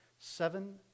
seven